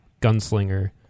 gunslinger